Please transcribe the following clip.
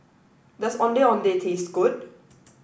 does Ondeh Ondeh taste good